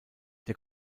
der